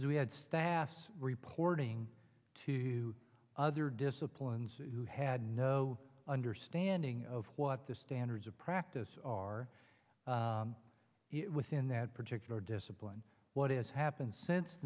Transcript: s we had staffs reporting to other disciplines who had no understanding of what the standards of practice are within that particular discipline what has happened since